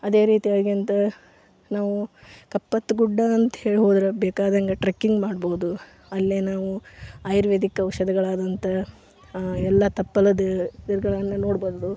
ಅದೇ ರೀತಿಯಾಗಿ ಅಂತ ನಾವು ಕಪ್ಪತ್ತ ಗುಡ್ಡ ಅಂತ ಹೇಳಿ ಹೋದ್ರೆ ಬೇಕಾದಂಗ ಟ್ರಕ್ಕಿಂಗ್ ಮಾಡ್ಬೋದು ಅಲ್ಲೇ ನಾವು ಆಯುರ್ವೇದಿಕ್ ಔಷಧಿಗಳಾದಂಥ ಎಲ್ಲ ತಪ್ಪಲದು ಗಿಡಗಳನ್ನು ನೋಡ್ಬೋದು